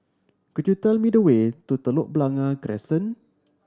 could you tell me the way to Telok Blangah Crescent